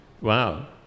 wow